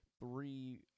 three